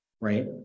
right